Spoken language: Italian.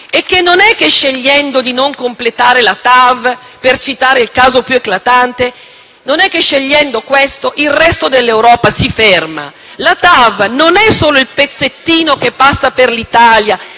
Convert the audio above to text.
è che non è che scegliendo di non completare la TAV, per citare il caso più eclatante, il resto dell'Europa si ferma. La TAV non è solo il pezzettino che passa per l'Italia,